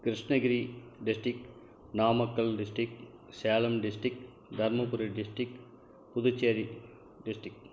Krishnagiri district Namakkal district Salem district Dharmapuri district Puducherry district